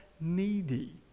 needy